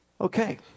okay